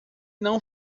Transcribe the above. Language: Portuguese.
não